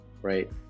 Right